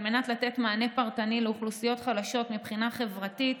על מנת לתת מענה פרטני לאוכלוסיות חלשות מבחינה חברתית,